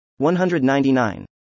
199